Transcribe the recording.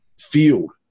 field